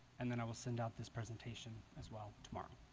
and then i will send out this presentation as well tomorrow